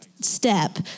step